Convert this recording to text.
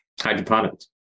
hydroponics